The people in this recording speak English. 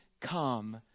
come